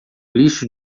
lixo